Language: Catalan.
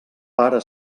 pare